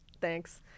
Thanks